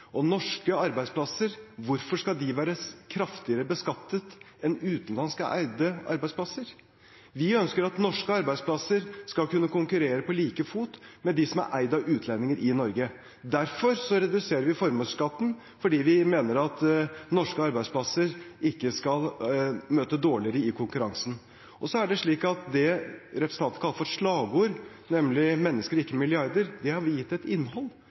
Hvorfor skal norske arbeidsplasser være kraftigere beskattet enn utenlandsk eide arbeidsplasser? Vi ønsker at norske arbeidsplasser skal kunne konkurrere på like fot med dem som er eid av utlendinger i Norge. Derfor reduserer vi formuesskatten, fordi vi mener at norske arbeidsplasser ikke skal møte dårligere i konkurransen. Det som representanten kalte for et slagord, nemlig «Mennesker, ikke milliarder», har vi gitt et innhold